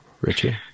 Richie